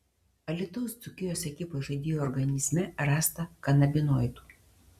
alytaus dzūkijos ekipos žaidėjo organizme rasta kanabinoidų